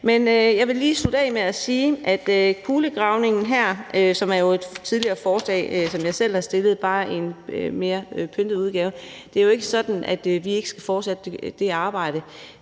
Men jeg vil lige slutte af med at sige i forhold til kulegravningen her, som er et forslag, som jeg selv tidligere har stillet, bare i en mere pyntet udgave, at det jo ikke er sådan, at vi ikke skal fortsætte det arbejde